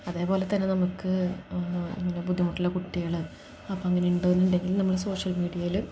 അതേ പോലെ തന്നെ നമുക്ക് ഇങ്ങനെ ബുദ്ധിമുട്ടുള്ള കുട്ടികൾ അപ്പം അങ്ങനെ ഉണ്ടോയെന്നുണ്ടെങ്കിൽ നമ്മൾ സോഷ്യൽ മീഡിയയിൽ